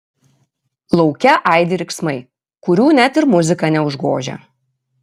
lauke aidi riksmai kurių net ir muzika neužgožia